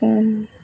ହଁ